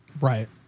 Right